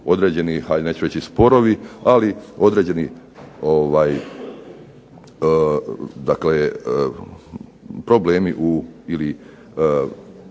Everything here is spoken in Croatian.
određeni neću reći sporovi, ali određeni dakle problemi ili